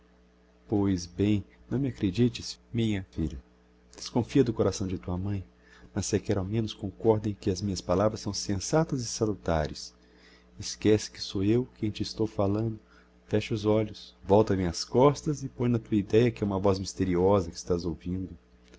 pois bem não me acredites minha filha desconfia do coração de tua mãe mas sequer ao menos concorda em que as minhas palavras são sensatas e salutares esquece que sou eu quem te estou falando fecha os olhos volta me as costas e põe na tua ideia que é uma voz misteriosa que estás ouvindo